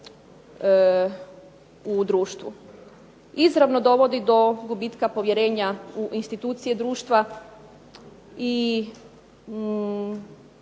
u društvu. Izravno dovodi do gubitka povjerenja u institucije društva i